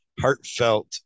heartfelt